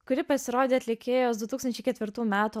kuri pasirodė atlikėjos du tūkstančiai ketvirtų metų